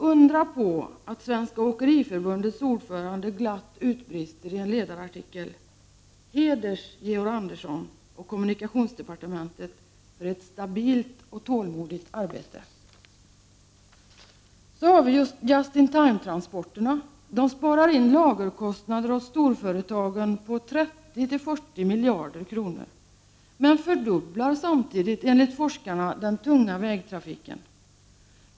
Undra på att Svenska åkeriförbundets ordförande glatt utbrister i en ledarartikel: ”Heders, Georg Andersson och kommunikationsdepartementet för ett stabilt och tålmodigt arbete!” Så har vi just-in-time-transporterna. De sparar in lagerkostnader åt storföretagen på 30-40 miljarder kronor men fördubblar samtidigt enligt forskarna den tunga vägtrafiken.